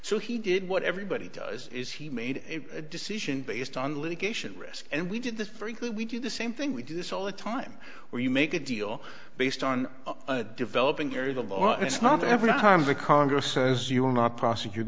so he did what everybody does is he made a decision based on litigation risk and we did this very good we did the same thing we do this all the time where you make a deal based on developing areas of all it's not every time the congress says you will not prosecute